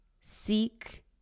seek